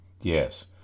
yes